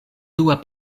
dua